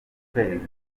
kwezi